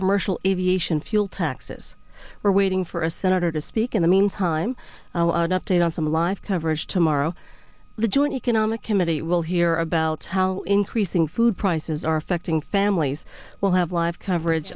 commercial aviation fuel taxes are waiting for a senator to speak in the meantime an update on some live coverage tomorrow the joint economic committee will hear about how increasing food prices are affecting families we'll have live coverage